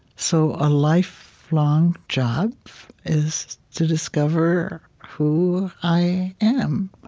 so a lifelong job is to discover who i am,